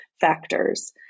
factors